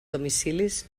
domicilis